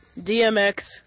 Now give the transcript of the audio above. DMX